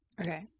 Okay